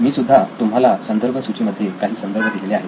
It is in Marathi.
मी सुद्धा तुम्हाला संदर्भसूचीमध्ये काही संदर्भ दिलेले आहेत